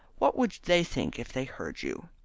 what would they think if they heard you.